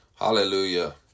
Hallelujah